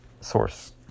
source